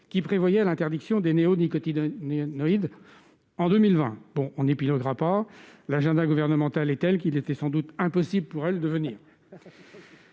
prévoyait l'interdiction des néonicotinoïdes en 2020. Je n'épiloguerai pas : l'agenda gouvernemental est tel qu'il lui était sans doute impossible de venir